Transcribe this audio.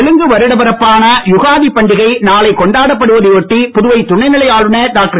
தெலுங்கு வருடப் பிறப்பான யுகாதி பண்டிகை நாளை கொண்டாடப் படுவதை ஒட்டி புதுவை துணைநிலை ஆளுனர் டாக்டர்